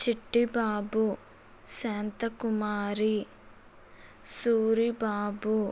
Chitti Babu Shanta Kumari Suri Babu